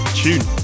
tune